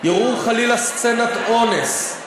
יראו חלילה סצנת אונס.